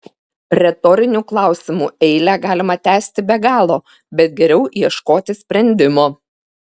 retorinių klausimų eilę galima tęsti be galo bet geriau ieškoti sprendimo